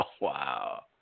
wow